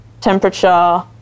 temperature